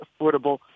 affordable